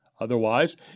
Otherwise